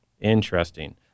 Interesting